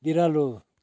बिरालो